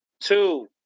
two